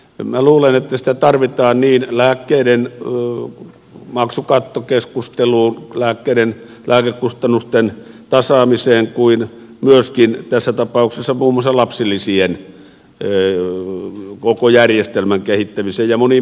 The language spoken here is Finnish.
minä luulen että sitä tarvitaan niin lääkkeiden maksukattokeskusteluun lääkekustannusten tasaamiseen kuin tässä tapauksessa myöskin muun muassa lapsilisien koko järjestelmän kehittämiseen ja moniin muihinkin asioihin